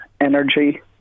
energy